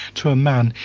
to a man,